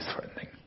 threatening